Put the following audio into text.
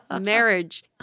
marriage